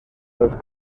los